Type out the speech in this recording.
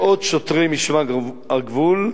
מאות שוטרי משמר הגבול,